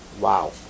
Wow